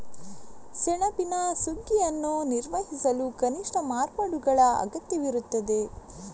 ಸೆಣಬಿನ ಸುಗ್ಗಿಯನ್ನು ನಿರ್ವಹಿಸಲು ಕನಿಷ್ಠ ಮಾರ್ಪಾಡುಗಳ ಅಗತ್ಯವಿರುತ್ತದೆ